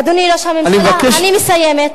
אדוני ראש הממשלה, אני מבקש, אני מסיימת.